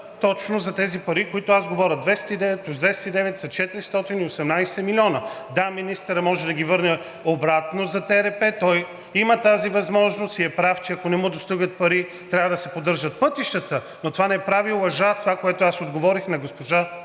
точно за тези пари, за които аз говоря – 209 плюс 209 са 418 милиона. Да, министърът може да ги върне обратно за ТРП, той има тази възможност и е прав, че ако не му достигат пари, трябва да се поддържат пътищата. Но това не прави лъжа това, което аз отговорих на госпожа Димова.